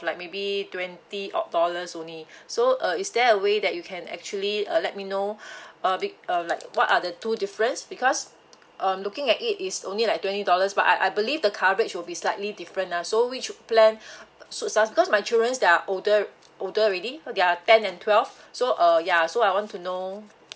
like maybe twenty odd dollars only so uh is there a way that you can actually uh let me know uh like what are the two difference because um looking at it is only like twenty dollars but I I believe the coverage will be slightly different ah so which plan suit us because my children they are older older already they are ten and twelve so uh ya so I want to know